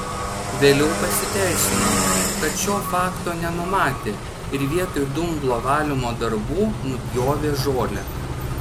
vėliau pasiteisino kad šio fakto nenumatė ir vietoj dumblo valymo darbų nupjovė žolę